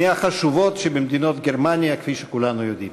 מהחשובה שבמדינות גרמניה, כפי שכולנו יודעים.